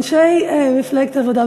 אנשי מפלגת העבודה,